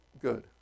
good